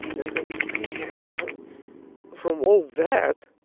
yeah thought, man from all that,